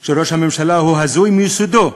של ראש הממשלה הוא הזוי מיסודו,